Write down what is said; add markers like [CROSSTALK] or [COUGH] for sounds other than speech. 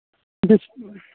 [UNINTELLIGIBLE]